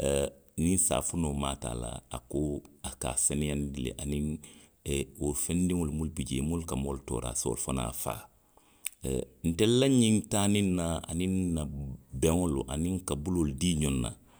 ee, niŋ saafinoo maata a la. a koo, a ka a seneyaandi le, aniŋ ee, wo feŋ ndiwolu munnu bi jee, munnu ka moolu toora, a si wolu fanaŋ faa. Ee ntelu la ňiŋ taa niŋ naa, aniŋ nna beŋolu, aniŋ nka buloolu dii ňoŋ na